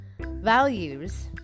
Values